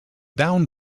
down